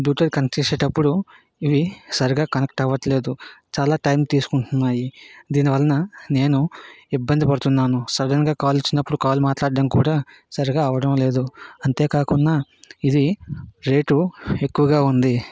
Bluetooth connect చేసే అప్పుడు ఇవి సరిగా కనెక్ట్ అవ్వట్లేదు చాలా టైం తీసుకుంటున్నాయి దీనివలన నేను ఇబ్బంది పడుతున్నాను సడన్గా కాల్ వచ్చినప్పుడు కాల్ మాట్లాడడం కూడా సరిగా అవడం లేదు అంతేకాకుండా ఇది రేటు ఎక్కువగా ఉంది